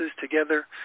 together